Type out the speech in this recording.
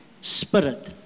Spirit